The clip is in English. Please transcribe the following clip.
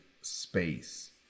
space